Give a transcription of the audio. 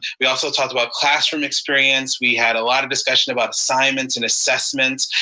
we also talked about classroom experience. we had a lot of discussion about assignments and assessments,